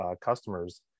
customers